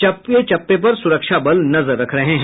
चप्पे चप्पे पर सुरक्षा बल नजर रख रहें हैं